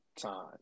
time